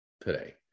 today